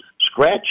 scratch